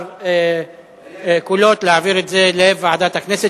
הוחלט ברוב של 18 קולות להעביר את זה לוועדת הכנסת,